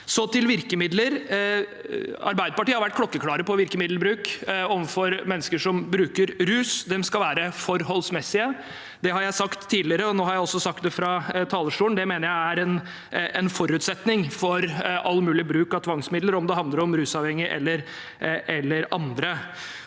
til virkemidler: Arbeiderpartiet har vært klokkeklare på virkemiddelbruk overfor mennesker som bruker rus. De skal være forholdsmessige. Det har jeg sagt tidligere, og nå har jeg også sagt det fra talerstolen. Det mener jeg er en forutsetning for all mulig bruk av tvangsmidler, om det handler om rusavhengige eller andre.